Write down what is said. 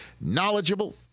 knowledgeable